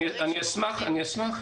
אני אשמח.